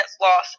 loss